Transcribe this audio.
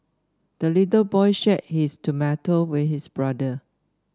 the little boy shared his tomato with his brother